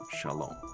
Shalom